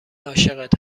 عاشقت